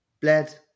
bled